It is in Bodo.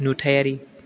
नुथायारि